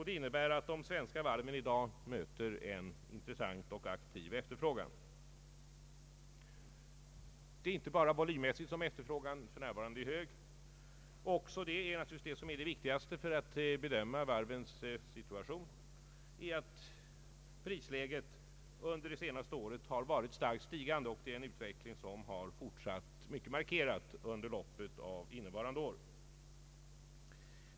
Det innebär att de svenska varven i dag möter en intressant och aktiv efterfrågan. Det är inte bara volymmässigt som efterfrågan för närvarande är hög. En viktig sak för att kunna bedöma varvens situation är naturligtvis också att prisläget under det senaste året har varit starkt stigande, och det är en utveckling som har fortsatt på ett mycket markerat sätt under loppet av innevarande år.